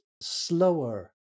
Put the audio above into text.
slower